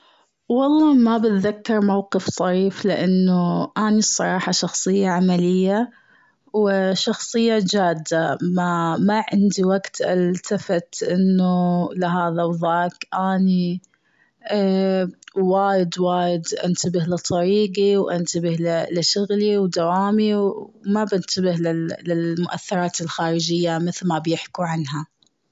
والله ما بتذكر موقف طريف لأنه أنا صراحة شخصية عملية. و شخصية جادة ما- ما عندي وقت التفت إنه لهذا و ذاك. أني وايد- وايد انتبه لطريقي و انتبه شغلي و دوامي و ما بنتبه للمؤثرات الخارجية مثل ما بيحكوا عنها.